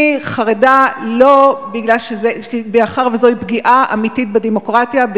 אני חרדה מאחר שזוהי פגיעה אמיתית בדמוקרטיה,